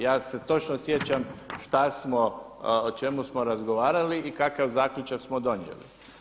Ja se točno sjećam šta smo, o čemu smo razgovarali i kakav zaključak smo donijeli.